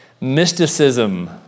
mysticism